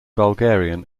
bulgarian